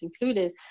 included